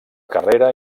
carrera